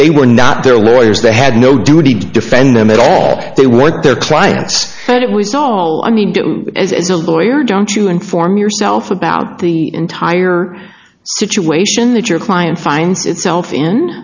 they were not their lawyers they had no duty to defend them at all they were what their clients thought it was all i mean as a lawyer don't you inform yourself about the entire situation that your client finds itself in